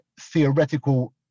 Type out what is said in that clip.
theoretical